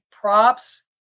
props